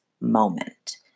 moment